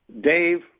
Dave